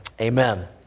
amen